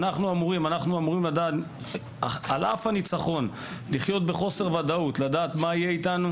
על אף הניצחון אנחנו צריכים לחיות בחוסר ודאות מה יהיה איתנו?